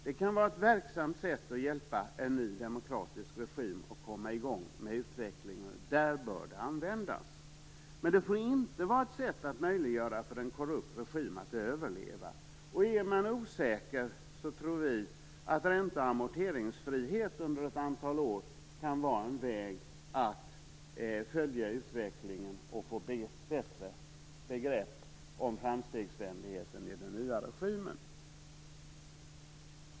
Det kan vara ett verksamt sätt att hjälpa en ny demokratisk regim att komma igång med utvecklingen. Där bör det användas. Men det får inte vara ett sätt att möjliggöra för en korrupt regim att överleva. Är man osäker tror vi att ränte och amorteringsfrihet under ett antal år kan vara en väg att följa utvecklingen och få bättre begrepp om framstegsvänligheten i den nya regimen.